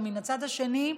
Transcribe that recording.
ומן הצד השני,